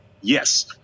Yes